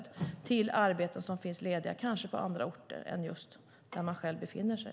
Det gäller arbeten som kanske finns lediga på andra orter än just där man själv befinner sig.